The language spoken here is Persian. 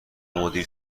مدیر